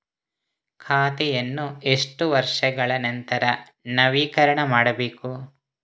ಖಾತೆಯನ್ನು ಎಷ್ಟು ವರ್ಷಗಳ ನಂತರ ನವೀಕರಣ ಮಾಡಬೇಕು?